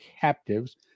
captives